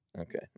Okay